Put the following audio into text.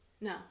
No